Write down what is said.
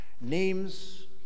names